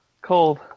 cold